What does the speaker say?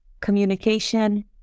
communication